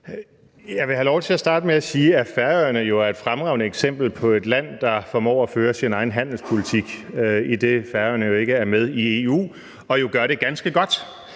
Jeg vil have lov til at starte med at sige, at Færøerne er et fremragende eksempel på et land, der formår at føre sin egen handelspolitik – idet Færøerne jo ikke er med i EU – og jo gør det ganske godt.